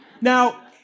Now